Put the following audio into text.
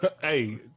Hey